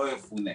לא יפונה,